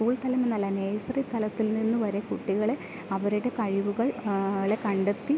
school തല സ എന്നല്ല നേഴ്സറി തലത്തിൽ നിന്നു വരെ കുട്ടികൾ അവരുടെ കഴിവുകൾ ളെ കണ്ടെത്തി